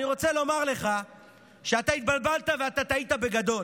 אני רוצה לומר לך שאתה התבלבלת ואתה טעית בגדול.